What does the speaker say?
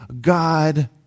God